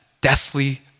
deathly